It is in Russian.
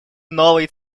новый